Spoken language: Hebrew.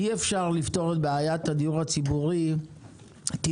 אי אפשר לפתור את בעיית הדיור הציבורי טיפין-טיפין.